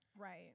Right